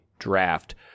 draft